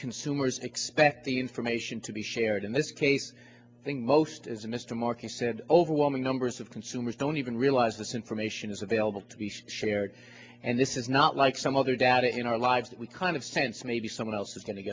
consumers expect the information to be shared in this case i think most as mr markey said overwhelming numbers of consumers don't even realize this information is available to be shared and this is not like some other data in our lives that we kind of sense maybe someone else is going to